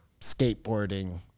skateboarding